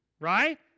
Right